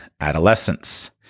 adolescence